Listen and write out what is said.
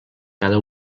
cada